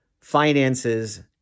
finances